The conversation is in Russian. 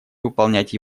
выполнять